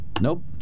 Nope